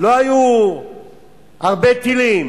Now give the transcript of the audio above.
לא היו הרבה טילים,